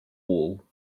wall